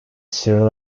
sri